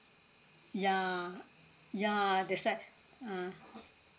yeah yeah that's what uh